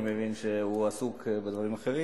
אני מבין שהוא עסוק בדברים אחרים.